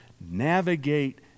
navigate